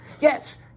Yes